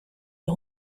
los